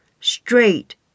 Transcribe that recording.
straight